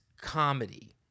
comedy